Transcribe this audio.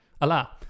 Allah